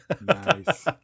Nice